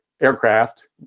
aircraft